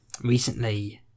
recently